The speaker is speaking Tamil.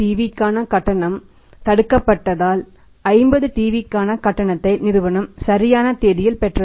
க்கான கட்டணம் தடுக்கப்பட்டதால் 50 டிவிகளுக்கான கட்டணத்தை நிறுவனம் சரியான தேதியில் பெற்றது